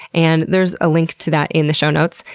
and there's a link to that in the show notes.